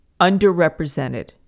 underrepresented